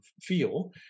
feel